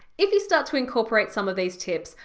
if you start to incorporate some of these tips,